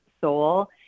Soul